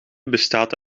bestaat